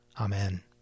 Amen